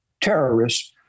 terrorists